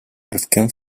prvkem